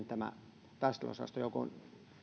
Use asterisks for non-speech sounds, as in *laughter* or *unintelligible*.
*unintelligible* tämä taisteluosastojoukkoon